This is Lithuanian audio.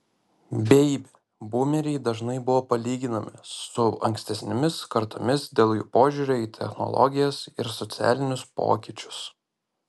beibi būmeriai dažnai buvo palyginami su ankstesnėmis kartomis dėl jų požiūrio į technologijas ir socialinius pokyčius